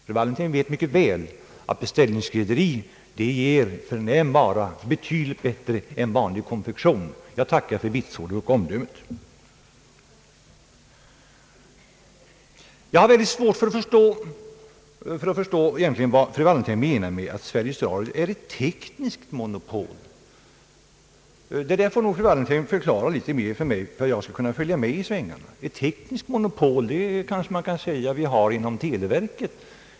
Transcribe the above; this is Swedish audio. Fru Wallentheim vet mycket väl att ett beställningsskrädderi ger förnäm vara, betydligt bättre än vanlig konfektion. Jag tackar för vitsordet och omdömet. Jag har mycket svårt att förstå vad fru Wallentheim menar med att Sveriges Radio är ett tekniskt monopol. Det där får nog fru Wallentheim förklara litet mer för att jag skall kunna följa med i svängarna. Ett tekniskt monopol kan man kanske säga att vi har inom televerket.